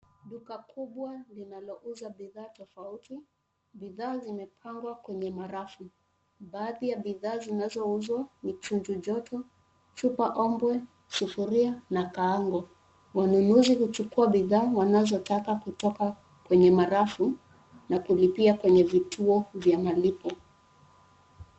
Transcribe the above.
Duka kubwa linalouza bidhaa tofauti, bidhaa zimepangwa kwenye marafu. Baadhi ya bidhaa zinazouzwa ni chuju joto, chupa ombwe, sufuria na kaango. Wanunuzi huchukua bidhaa wanazotaka taka kutoka kwenye marafu na kulipia kwenye vituo vya malipo.